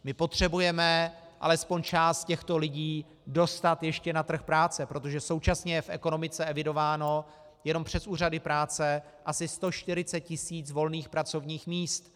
My potřebujeme alespoň část těchto lidí dostat ještě na trh práce, protože současně je v ekonomice evidováno jenom přes úřady práce asi 140 tisíc volných pracovních míst.